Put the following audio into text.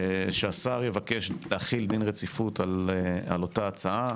שהשר יבקש להחיל דין רציפות על אותה הצעה.